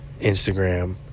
Instagram